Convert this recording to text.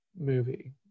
movie